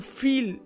feel